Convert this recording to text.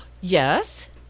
Yes